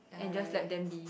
and just let them be